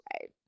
Right